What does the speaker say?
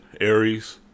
aries